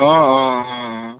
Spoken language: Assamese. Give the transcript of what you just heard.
অঁ অঁ অঁ অঁ